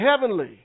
heavenly